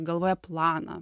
galvoje planą